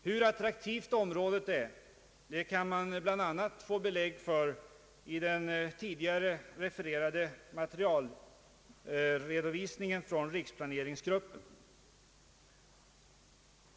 Hur attraktivt detta område är kan man bl.a. få belägg för i den tidigare nämnda «<materialredovisningen från riksplaneringsgruppen.